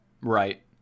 Right